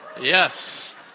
Yes